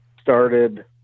started